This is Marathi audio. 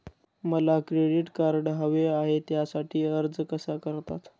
मला क्रेडिट कार्ड हवे आहे त्यासाठी अर्ज कसा करतात?